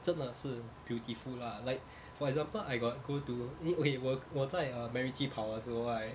真的是 beautiful lah like for example I got go to 你 okay 我在 macritchie 跑的时候 right